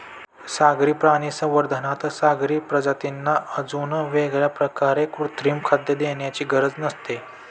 सागरी प्राणी संवर्धनात सागरी प्रजातींना अजून वेगळ्या प्रकारे कृत्रिम खाद्य देण्याची गरज नसते